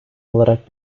olarak